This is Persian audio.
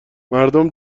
مردم